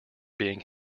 being